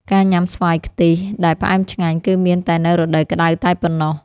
ការញ៉ាំស្វាយខ្ទិះដែលផ្អែមឆ្ងាញ់ គឺមានតែនៅរដូវក្តៅតែប៉ុណ្ណោះ។